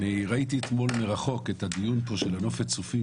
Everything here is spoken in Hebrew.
אני ראיתי אתמול מרחוק את הדיון פה של נופת הצופים